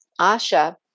Asha